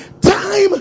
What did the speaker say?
time